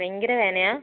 ഭയങ്കര വേദനയാണോ